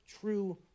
true